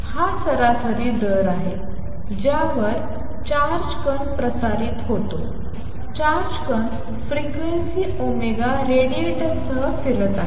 हा सरासरी दर आहे ज्यावर चार्ज कण प्रसारित होतो चार्ज कण फ्रिक्वेंसी ओमेगा रेडिएट्ससह फिरत आहे